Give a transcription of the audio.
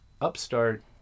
Upstart